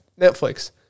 Netflix